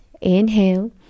inhale